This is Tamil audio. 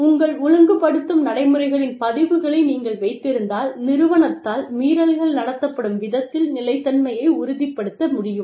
உங்கள் ஒழுங்குபடுத்தும் நடைமுறைகளின் பதிவுகளை நீங்கள் வைத்திருந்தால் நிறுவனத்தால் மீறல்கள் நடத்தப்படும் விதத்தில் நிலைத்தன்மையை உறுதிப்படுத்த முடியும்